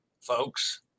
folks